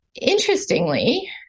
Interestingly